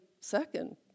second